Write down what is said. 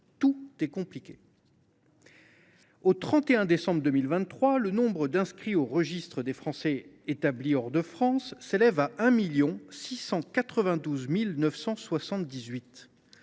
compliquées. Au 31 décembre 2023, le nombre d’inscrits au registre des Français établis hors de France s’élevait à 1 692 978.